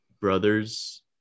brother's